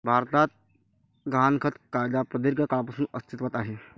भारतात गहाणखत कायदा प्रदीर्घ काळापासून अस्तित्वात आहे